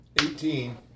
Eighteen